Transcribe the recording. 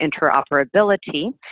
interoperability